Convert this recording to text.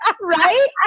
Right